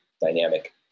dynamic